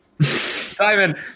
Simon